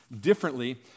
differently